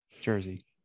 jersey